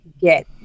get